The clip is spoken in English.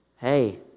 Hey